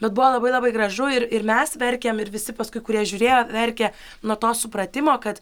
bet buvo labai labai gražu ir ir mes verkėm ir visi paskui kurie žiūrėjo verkė nuo to supratimo kad